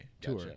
Tour